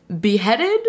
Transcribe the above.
beheaded